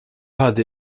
hade